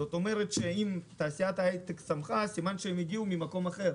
כך שאם תעשיית ההייטק צמחה הם הגיעו ממקום אחר.